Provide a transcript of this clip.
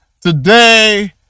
Today